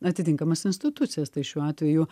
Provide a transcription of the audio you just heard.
atitinkamas institucijas tai šiuo atveju